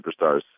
superstars